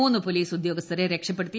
മൂന്ന് പോലീസ് ഉദ്യോഗസ്ഥരെ രക്ഷപ്പെടുത്തി